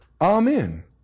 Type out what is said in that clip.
Amen